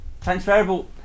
Transferable